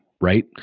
right